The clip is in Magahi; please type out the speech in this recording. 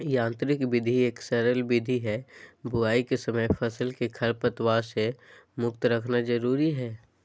यांत्रिक विधि एक सरल विधि हई, बुवाई के समय फसल के खरपतवार से मुक्त रखना जरुरी हई